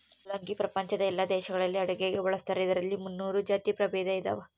ಮುಲ್ಲಂಗಿ ಪ್ರಪಂಚದ ಎಲ್ಲಾ ದೇಶಗಳಲ್ಲಿ ಅಡುಗೆಗೆ ಬಳಸ್ತಾರ ಇದರಲ್ಲಿ ಮುನ್ನೂರು ಜಾತಿ ಪ್ರಭೇದ ಇದಾವ